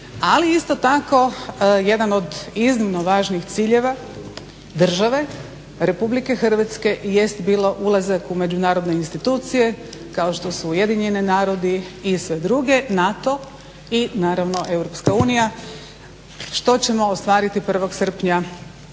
ali isto tako jedan od iznimno važnih ciljeva države, RH i jest bilo i ulazak u međunarodne institucije kao što su UN i sve druge i NATO i naravno EU što ćemo ostvariti 1. srpnja